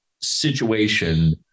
situation